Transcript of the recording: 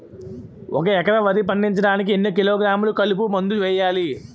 ఒక ఎకర వరి పండించటానికి ఎన్ని కిలోగ్రాములు కలుపు మందు వేయాలి?